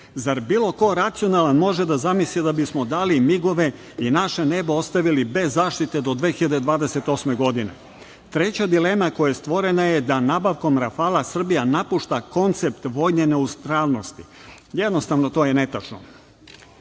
zar bilo ko racionalan može da zamisli da bismo dali migove i naše nebo ostavili bez zaštite do 2028. godine. Treća dilema koja je stvorena, da nabavkom rafala Srbija napušta koncept vojne neutralnosti, jednostavno to je netačno.